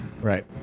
Right